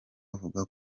avuga